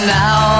now